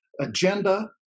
agenda